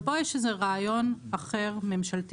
אבל פה יש איזשהו רעיון אחר ממשלתי,